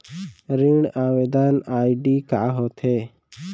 ऋण आवेदन आई.डी का होत हे?